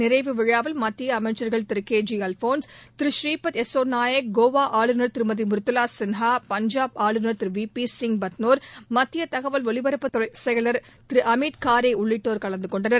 நிறைவு விழாவில் மத்திய அமைச்சர்கள் திரு கே ஜி அல்போன்ஸ் திரு ப்ரீபத்நாயக் கோவா ஆளுநர் திருமதி மிருதுவா சின்ஹா பஞ்சாப் ஆளுநர் திரு வி பி சிங் பத்னோர் மத்திய தகவல் ஒலிபரப்புத் துறை செயலர் திரு அமித் காரே உள்ளிட்டோர் கலந்துகொண்டனர்